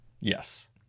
yes